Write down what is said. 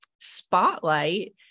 spotlight